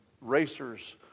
racers